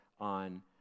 on